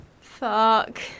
Fuck